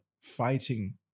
fighting